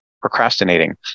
procrastinating